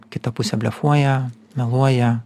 kita pusė blefuoja meluoja